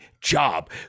job